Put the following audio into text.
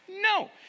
No